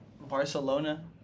barcelona